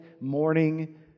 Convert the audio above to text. morning